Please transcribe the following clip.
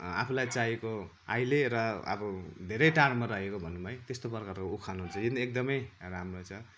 आफूलाई चाहिएको अहिले र अब धेरै टाढोमा रहेको भनौँ है त्यस्तो प्रकारको उखानहरू चाहिँ यो नि एकदमै राम्रो छ